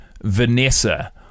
Vanessa